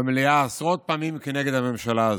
במליאה, עשרות פעמים כנגד הממשלה הזו.